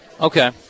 Okay